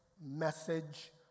message